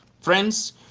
Friends